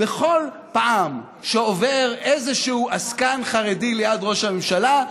בכל פעם שעובר איזשהו עסקן חרדי ליד ראש הממשלה,